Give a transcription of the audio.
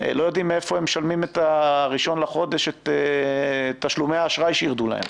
לא יודעים מאיפה הם משלמים בראשון לחודש את תשלומי האשראי שירדו להם.